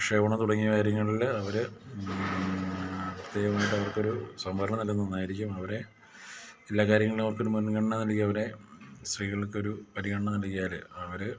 പ്രക്ഷേപണം തുടങ്ങിയ കാര്യങ്ങളിൽ അവർ പ്രത്യേകമായിട്ട് അവർക്ക ഒരു സംവരണം നൽകുന്നത് നന്നായിരിക്കും അവരെ എല്ലാ കാര്യങ്ങളും അവർക്ക് ഒരു മുൻഗണന നൽകി അവരെ സ്ത്രീകൾക്ക് ഒരു പരിഗണന നൽകിയാൽ അവർ